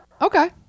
Okay